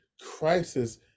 crisis